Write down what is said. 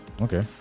Okay